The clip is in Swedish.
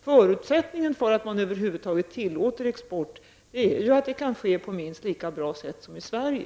Förutsättningen för att man över huvud taget tillåter export är att förvaringen kan ske på minst lika bra sätt som i Sverige.